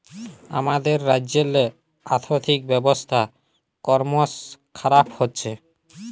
আমাদের রাজ্যেল্লে আথ্থিক ব্যবস্থা করমশ খারাপ হছে